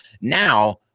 Now